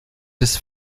des